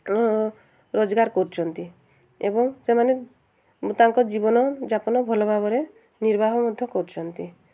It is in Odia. ରୋଜଗାର କରୁଛନ୍ତି ଏବଂ ସେମାନେ ତାଙ୍କ ଜୀବନଯାପନ ଭଲ ଭାବରେ ନିର୍ବାହ ମଧ୍ୟ କରୁଛନ୍ତି